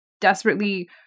desperately